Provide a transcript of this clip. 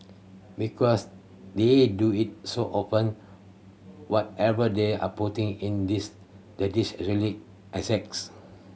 because they do it so often whatever they are putting in this the dish actually